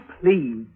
please